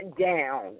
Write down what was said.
down